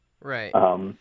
Right